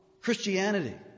Christianity